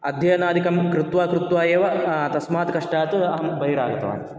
अध्ययनाधिकं कृत्वा कृत्वा एव तस्मात् कष्टात् अहं बहिरागतवान्